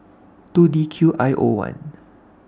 two D Q I O one